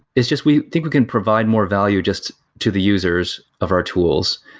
it's just we think we can provide more value just to the users of our tools,